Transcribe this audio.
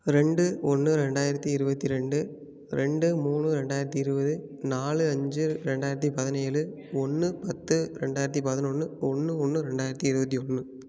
ரெண்டு ஒன்று ரெண்டாயிரத்தி இருபத்தி ரெண்டு ரெண்டு மூணு ரெண்டாயிரத்தி இருபது நாலு அஞ்சு ரெண்டாயிரத்தி பதினேழு ஒன்று பத்து ரெண்டாயிரத்தி பதினொன்று ஒன்று ஒன்று ரெண்டாயிரத்தி இருபத்தி ஒன்று